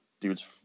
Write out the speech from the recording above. dude's